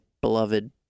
beloved